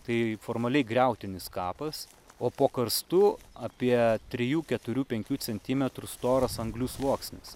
tai formaliai griautinis kapas o po karstu apie trijų keturių penkių centimetrų storas anglių sluoksnis